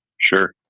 Sure